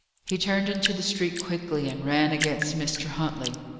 he turned into the street quickly, and ran against mr. huntley.